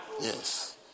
Yes